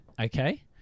Okay